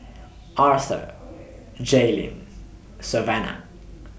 Arther Jaelyn Savanna